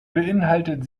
beinhaltet